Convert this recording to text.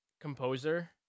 composer